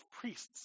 priests